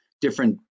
different